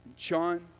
John